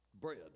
bread